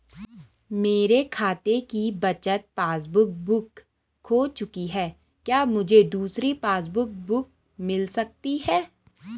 मेरे खाते की बचत पासबुक बुक खो चुकी है क्या मुझे दूसरी पासबुक बुक मिल सकती है?